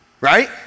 Right